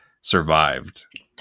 survived